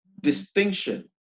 distinction